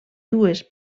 dues